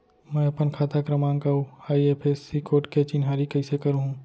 मैं अपन खाता क्रमाँक अऊ आई.एफ.एस.सी कोड के चिन्हारी कइसे करहूँ?